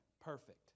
perfect